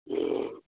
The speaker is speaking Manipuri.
ꯎꯝ